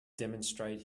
demonstrate